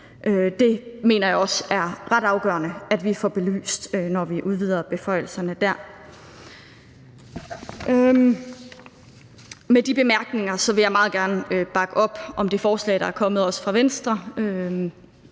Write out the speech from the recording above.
Det mener jeg også er ret afgørende vi får belyst, når vi udvider beføjelserne dér. Med de bemærkninger vil jeg meget gerne bakke op om det forslag, der er kommet også fra Venstre,